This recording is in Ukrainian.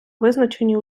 визначені